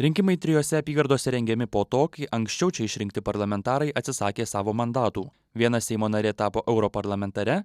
rinkimai trijose apygardose rengiami po to kai anksčiau čia išrinkti parlamentarai atsisakė savo mandatų viena seimo narė tapo europarlamentare